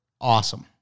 awesome